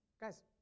Guys